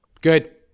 Good